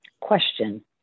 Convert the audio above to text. Question